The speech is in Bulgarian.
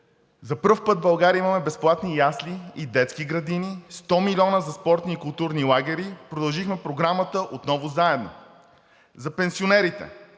за първи път в България имаме безплатни ясли и детски градини; 100 милиона за спортни и културни лагери; продължихме Програмата „Отново заедно“. За пенсионерите: